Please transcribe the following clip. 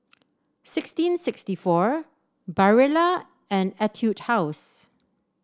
sixteen sixty four Barilla and Etude House